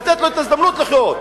לתת לו את ההזדמנות לחיות.